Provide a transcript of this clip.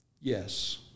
Yes